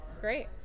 great